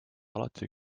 alati